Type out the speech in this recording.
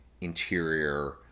interior